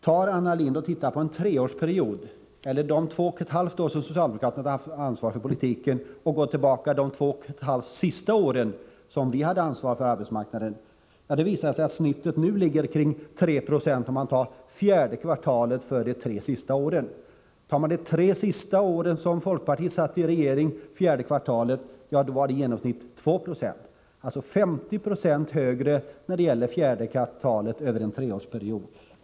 Ta, Anna Lindh, och jämför de två och ett halvt år som socialdemokraterna haft ansvaret för politiken med de sista två och ett halvt år då vi hade ansvaret för arbetsmarknadspolitiken! Genomsnittet för fjärde kvartalet under de tre sista åren ligger nu kring 3 20. Fjärde kvartalet under det sista av de år då folkpartiet befann sig i regeringsställning var arbetslösheten i genomsnitt 2 Ze. Arbetslösheten för fjärde kvartalet under en treårsperiod är alltså nu 50 90 högre.